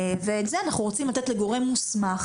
את זה אנחנו רוצים לתת לגורם מוסמך,